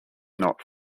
not